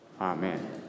Amen